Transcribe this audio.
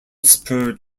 spur